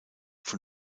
von